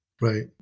Right